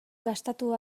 gastatu